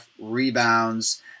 rebounds